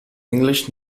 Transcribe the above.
english